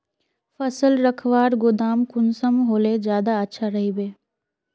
फसल रखवार गोदाम कुंसम होले ज्यादा अच्छा रहिबे?